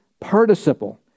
participle